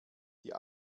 die